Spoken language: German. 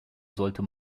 sollte